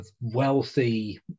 wealthy